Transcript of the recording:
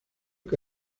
que